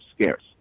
scarce